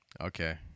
Okay